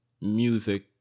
music